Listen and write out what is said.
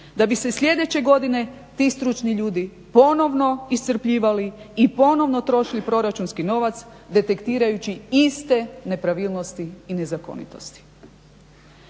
Da bi se sljedeće godine ti stručni ljudi ponovno iscrpljivali i ponovno trošili proračunski novac detektirajući iste nepravilnosti i nezakonitosti.